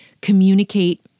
communicate